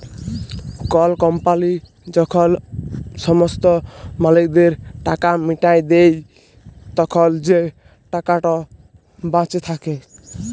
call company যখল সমস্ত মালিকদের টাকা মিটাঁয় দেই, তখল যে টাকাট বাঁচে থ্যাকে